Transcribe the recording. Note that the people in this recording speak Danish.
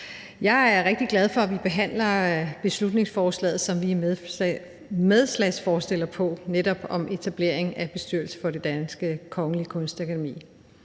Jeg er rigtig glad for, at vi behandler beslutningsforslaget, som vi er medforslagsstillere på, om etablering af en bestyrelse for Det Kongelige Danske Kunstakademi.